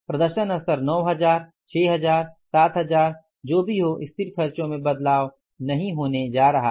प्रदर्शन स्तर 9000 6 हजार 7000 जो भी हो स्थिर खर्चों में बदलाव नहीं होने जा रहा है